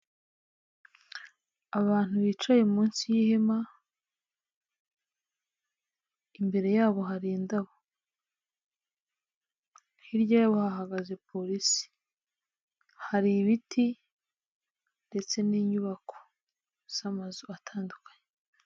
Abantu bicaye munsi yihema, imbere yabo hari inbobo, hirya yabo hahagaze Polisi, hari ibiti ndetse ninyubako z'amazu atandukanye.